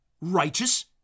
righteous